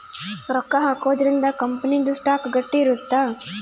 ರೊಕ್ಕ ಹಾಕೊದ್ರೀಂದ ಕಂಪನಿ ದು ಸ್ಟಾಕ್ ಗಟ್ಟಿ ಇರುತ್ತ